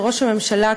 ראש הממשלה,